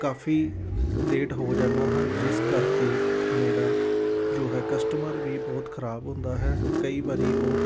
ਕਾਫ਼ੀ ਲੇਟ ਹੋ ਜਾਂਦਾ ਹਾਂ ਜਿਸ ਕਰਕੇ ਮੇਰਾ ਜੋ ਹੈ ਕਸਟਮਰ ਵੀ ਬਹੁਤ ਖ਼ਰਾਬ ਹੁੰਦਾ ਹੈ ਕਈ ਵਾਰ ਉਹ